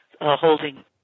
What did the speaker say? holding